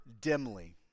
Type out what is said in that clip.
dimly